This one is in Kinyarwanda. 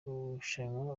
gushushanya